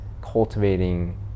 cultivating